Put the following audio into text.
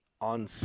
On